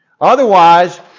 Otherwise